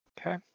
Okay